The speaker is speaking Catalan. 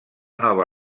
nova